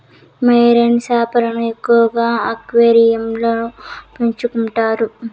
marine చేపలను ఎక్కువగా అక్వేరియంలలో పెంచుకుంటారు